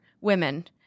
women